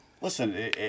Listen